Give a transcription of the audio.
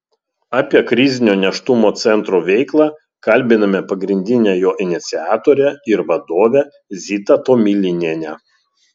apie krizinio nėštumo centro veiklą kalbiname pagrindinę jo iniciatorę ir vadovę zitą tomilinienę